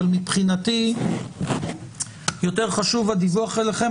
אבל מבחינתי, יותר חשוב הדיווח אליכם.